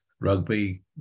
Rugby